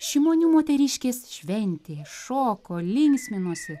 šimonių moteriškės šventė šoko linksminosi